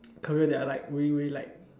career that I like really really like